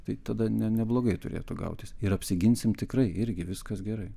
tai tada ne neblogai turėtų gautis ir apsiginsim tikrai irgi viskas gerai